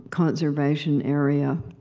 conservation area,